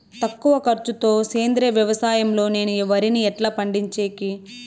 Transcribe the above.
తక్కువ ఖర్చు తో సేంద్రియ వ్యవసాయం లో నేను వరిని ఎట్లా పండించేకి?